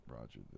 Roger